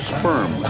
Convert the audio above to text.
Sperm